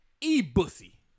E-bussy